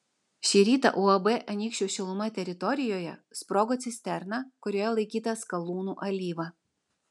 šį rytą uab anykščių šiluma teritorijoje sprogo cisterna kurioje laikyta skalūnų alyva